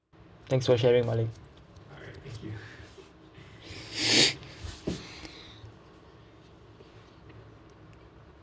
thanks for your sharing malik